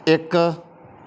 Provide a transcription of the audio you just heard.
ਇੱਕ